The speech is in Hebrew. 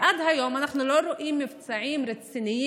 עד היום אנחנו לא רואים מבצעים רציניים